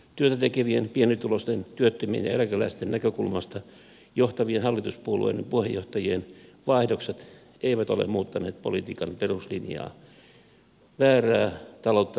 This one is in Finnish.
työtä tekevien pienituloisten työttömien ja eläkeläisten näkökulmasta johtavien hallituspuolueiden puheenjohtajien vaihdokset eivät ole muuttaneet politiikan peruslinjaa väärää taloutta näivettävää peruslinjaa